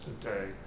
today